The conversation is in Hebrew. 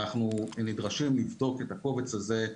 אנחנו נדרשים לבדוק את הקובץ הזה.